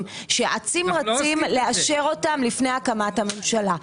שאצים רצים לאשר אותם לפני הקמת הממשלה.